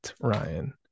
Ryan